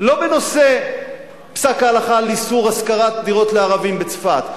לא בנושא פסק ההלכה על איסור השכרת דירות לערבים בצפת,